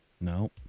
No